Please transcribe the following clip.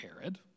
Herod